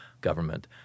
government